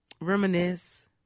reminisce